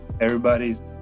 Everybody's